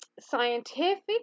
scientific